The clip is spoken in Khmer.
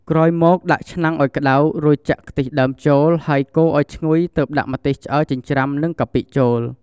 ក្រោយមកដាក់ឆ្នាំងឲ្យក្តៅរួចចាក់ខ្ទិះដើមចូលហេីយកូរអោយឈ្ងុយទើបដាក់ម្ទេសឆ្អើរចិញ្រ្ចាំ និងកាពិចូល។